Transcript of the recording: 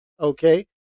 Okay